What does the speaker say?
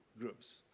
groups